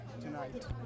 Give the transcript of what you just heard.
tonight